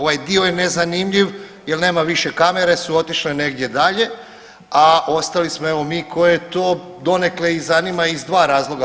Ovaj dio je nezanimljiv jer nema više, kamere su otišle negdje dalje, a ostali smo evo mi koje to donekle i zanima iz dva razloga.